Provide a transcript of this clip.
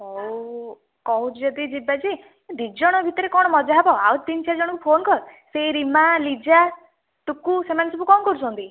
ହଉ କହୁଛୁ ଯଦି ଯିବା ଯେ ଦି ଜଣ ଭିତରେ କଣ ମଜା ହେବ ଆଉ ତିନି ଚାରି ଜଣଙ୍କୁ ଫୋନ କର ସେ ରିମା ଲିଜା ଟୁକୁ ସେମାନେ ସବୁ କଣ କରୁଛନ୍ତି